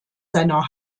seiner